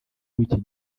w’iki